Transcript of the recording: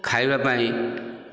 ଖାଇବା ପାଇଁ